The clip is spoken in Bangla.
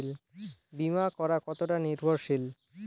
বীমা করা কতোটা নির্ভরশীল?